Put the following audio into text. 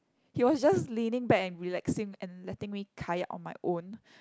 he was just leaning back and relaxing and letting me kayak on my own